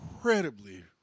Incredibly